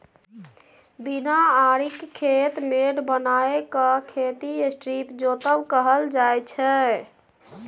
बिना आरिक खेत मेढ़ बनाए केँ खेती स्ट्रीप जोतब कहल जाइ छै